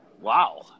wow